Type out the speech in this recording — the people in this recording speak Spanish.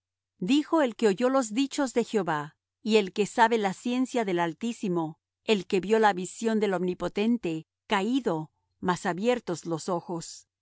dijo el que oyó los dichos de jehová y el que sabe la ciencia del altísimo el que vió la visión del omnipotente caído mas abiertos los ojos